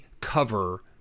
cover